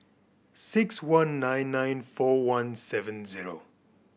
six one nine nine four one seven zero